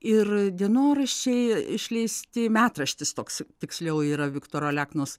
ir dienoraščiai išleisti metraštis toks tiksliau yra viktoro aleknos